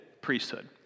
priesthood